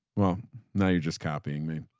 well now you're just copying me.